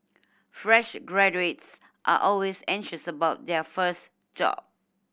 fresh graduates are always anxious about their first job